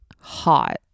hot